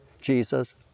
Jesus